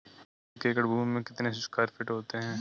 एक एकड़ भूमि में कितने स्क्वायर फिट होते हैं?